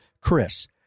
Chris